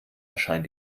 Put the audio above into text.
erscheint